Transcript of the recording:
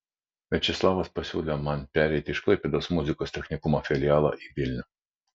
viačeslavas pasiūlė man pereiti iš klaipėdos muzikos technikumo filialo į vilnių